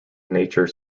nature